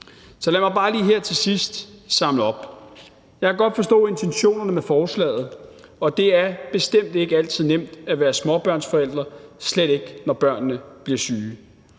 Så lad mig bare lige her til sidst samle op: Jeg kan godt forstå intentionerne med forslaget, og det er bestemt ikke altid nemt at være småbørnsforældre, slet ikke når børnene bliver syge.